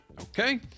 Okay